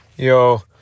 Yo